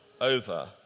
over